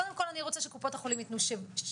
קודם כל אני רוצה שקופות החולים יתנו שירות,